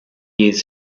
years